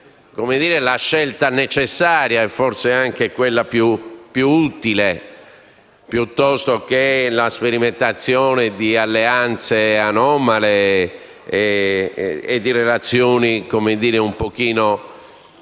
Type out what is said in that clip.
la scelta necessaria e forse anche quella più utile, piuttosto che la sperimentazione di alleanze anomale e di relazioni un po'